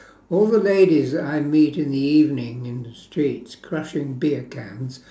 all the ladies I meet in the evening in the streets crushing beer cans